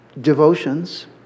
devotions